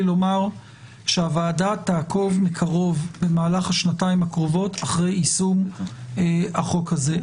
לומר שהוועדה תעקוב מקרוב במהלך השנתיים הקרובות אחרי יישום החוק הזה.